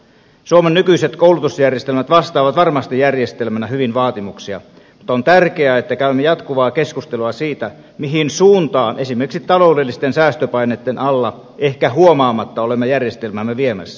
suomen nykyiset koulutusjärjestelmät vastaavat varmasti järjestelmänä hyvin vaatimuksia mutta on tärkeää että käymme jatkuvaa keskustelua siitä mihin suuntaan esimerkiksi taloudellisten säästöpaineitten alla ehkä huomaamatta olemme järjestelmäämme viemässä